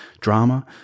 drama